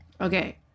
okay